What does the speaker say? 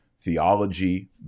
theology